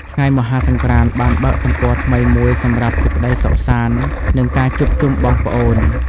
ថ្ងៃមហាសង្ក្រាន្តបានបើកទំព័រថ្មីមួយសម្រាប់សេចក្តីសុខសាន្ត និងការជួបជុំបងប្អូន។